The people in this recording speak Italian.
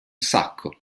sacco